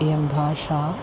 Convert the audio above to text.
इयं भाषा